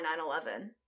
9-11